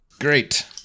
Great